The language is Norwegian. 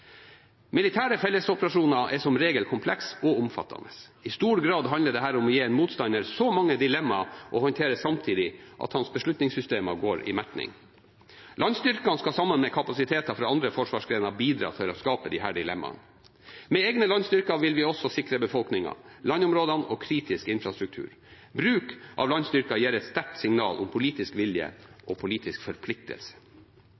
Militære fellesoperasjoner er som regel komplekse og omfattende. I stor grad handler dette om å gi en motstander så mange dilemmaer å håndtere samtidig at hans beslutningssystemer går i metning. Landstyrkene skal sammen med kapasiteter fra andre forsvarsgrener bidra til å skape disse dilemmaene. Med egne landstyrker vil vi også sikre befolkningen, landområdene og kritisk infrastruktur. Bruk av landstyrker gir et sterkt signal om politisk